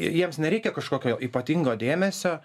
jiems nereikia kažkokio ypatingo dėmesio